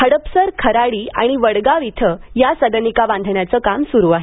हडपसर खराडी आणि वडगाव इथं या सदनिका बांधण्याचं काम सुरू आहे